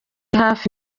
hafi